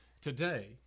today